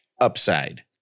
upside